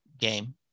game